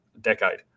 decade